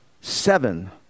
seven